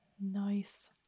nice